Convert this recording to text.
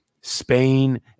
Spain